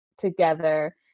together